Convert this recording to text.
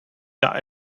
der